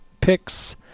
Picks